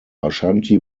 ashanti